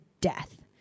death